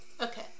Okay